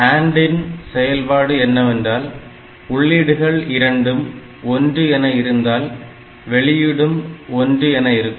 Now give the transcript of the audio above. AND இன் செயல்பாடு என்னவென்றால் உள்ளீடுகள் இரண்டும் 1 என இருந்தால் வெளியிடும் 1 என இருக்கும்